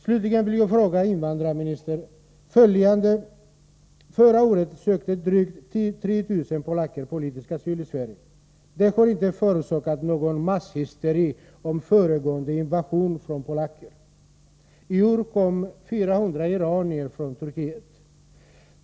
Slutligen vill jag fråga invandrarministern följande. Förra året sökte drygt 3 000 polacker politisk asyl i Sverige. Detta har inte förorsakat någon masshysteri över en förestående invasion av polacker. I år kom 400 iranier från Turkiet.